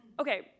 Okay